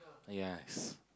yes